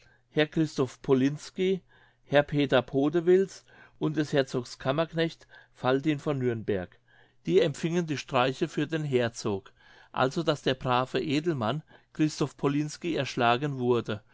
herr christoph polinski herr peter podewils und des herzogs kammerknecht valtin von nürnberg die empfingen die streiche für den herzog also daß der brave edelmann christoph polinski erschlagen wurde